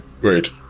Great